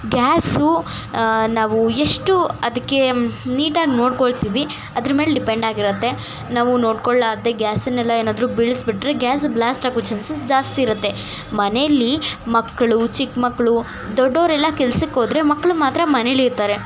gas ನಾವು ಎಷ್ಟು ಅದಕ್ಕೆ ನೀಟಾಗಿ ನೋಡಿಕೊಳ್ತಿವಿ ಅದ್ರ ಮೇಲೆ ಡಿಪೆಂಡ್ ಆಗಿರುತ್ತೆ ನಾವು ನೋಡ್ಕೊಳ್ಳಾರದೆ ಗ್ಯಾಸನೆಲ್ಲ ಏನಾದರು ಬೀಳಿಸ್ಬಿಟ್ರೆ ಗ್ಯಾಸ್ ಬ್ಲ್ಯಾಸ್ಟ್ ಆಗೋ ಚಾನ್ಸಸ್ ಜಾಸ್ತಿ ಇರುತ್ತೆ ಮನೇಯಲ್ಲಿ ಮಕ್ಕಳು ಚಿಕ್ಕ ಮಕ್ಕಳು ದೊಡ್ಡವ್ರೆಲ್ಲ ಕೆಲಸಕ್ಕೋದ್ರೆ ಮಕ್ಳು ಮಾತ್ರ ಮನೇಲಿರ್ತಾರೆ